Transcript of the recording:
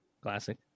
Classic